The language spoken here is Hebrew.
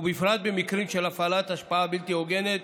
ובפרט במקרים של הפעלת השפעה בלתי הוגנת